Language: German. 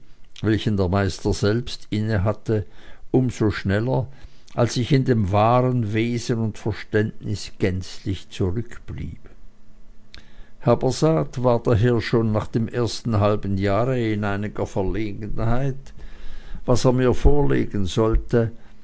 welchen der meister selbst innehatte um so schneller als ich in dem wahren wesen und verständnis gänzlich zurückblieb habersaat war daher schon nach dem ersten halben jahre in einiger verlegenheit was er mir vorlegen sollte